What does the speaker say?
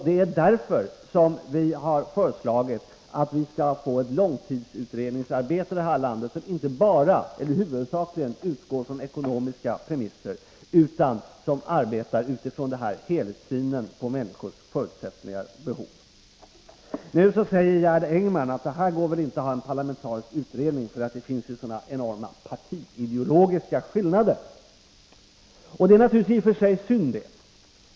Det är därför som vi har föreslagit att vi skall få ett långtidsutredningsarbete i landet som inte huvudsaklingen utgår från ekonomiska premisser utan som arbetar utifrån helhetssynen på människors förutsättningar och behov. Nu säger Gerd Engman att det inte går att ha en parlamentarisk utredning, eftersom det finns sådana enorma partiideologiska skillnader. Det är i och för sig synd.